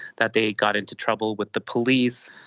that they got into trouble with the police.